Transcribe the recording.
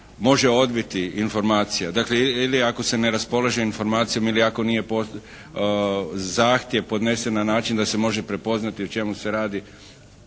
može odbiti informacija dakle, ili ako se ne raspolaže s informacijom ili ako nije zahtjev podnesen na način da se može prepoznati o čemu se radi